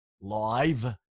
live